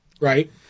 Right